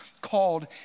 called